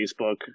Facebook